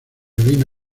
vino